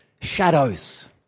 shadows